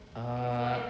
ah